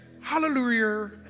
hallelujah